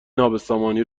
نابسامانی